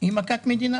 היא מכת מדינה